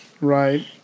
Right